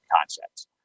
concepts